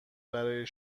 برای